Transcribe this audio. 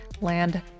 land